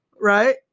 right